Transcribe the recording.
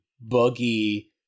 buggy